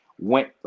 went